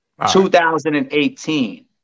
2018